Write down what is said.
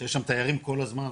שיש שם תיירים כל הזמן